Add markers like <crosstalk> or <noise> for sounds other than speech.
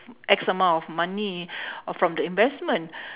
X amount of money <breath> uh from the investment <breath>